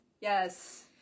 yes